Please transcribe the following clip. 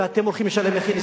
ואתם הולכים לשלם מחיר,